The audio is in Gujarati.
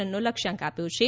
રનનો લક્ષ્યાંક આપ્યો છે